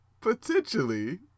potentially